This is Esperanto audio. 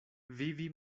vivi